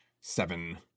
seven